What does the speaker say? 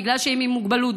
בגלל שהם עם מוגבלות,